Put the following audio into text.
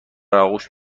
آغوش